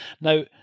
Now